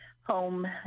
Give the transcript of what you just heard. home